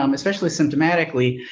um especially symptomatically.